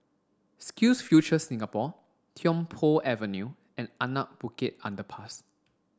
SkillsFuture Singapore Tiong Poh Avenue and Anak Bukit Underpass